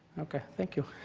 ok, thank you.